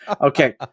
Okay